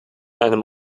einem